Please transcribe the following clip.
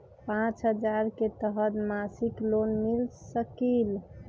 पाँच हजार के तहत मासिक लोन मिल सकील?